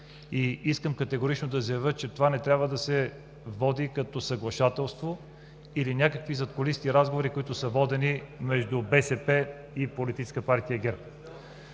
Искам категорично да заявя, че това не трябва да се води като съглашателство или някакви задкулисни разговори, водени между БСП и Председателството.